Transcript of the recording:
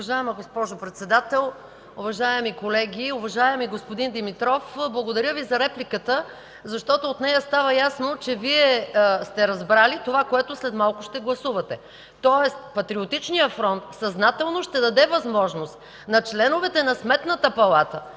Уважаема госпожо Председател, уважаеми колеги! Уважаеми господин Димитров, благодаря Ви за репликата, защото от нея става ясно, че Вие сте разбрали това, което след малко ще гласувате. Тоест Патриотичният фронт съзнателно ще даде възможност на членовете на Сметната палата